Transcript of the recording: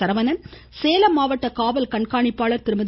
சரவணன் சேலம் மாவட்ட காவல் கண்காணிப்பாளர் திருமதி